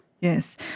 Yes